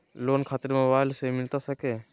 Loan खातिर mobile से मिलता सके?